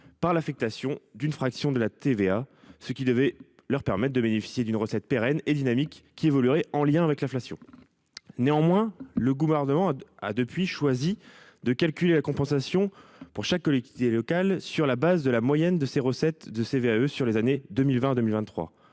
par l’affectation d’une fraction de TVA, ce qui leur permettra de bénéficier d’une recette pérenne et dynamique, qui évolue en lien avec l’inflation. » Néanmoins, le Gouvernement a, depuis lors, choisi de calculer la compensation pour chaque collectivité locale sur la base de la moyenne de ses recettes de CVAE sur les années 2020 2023.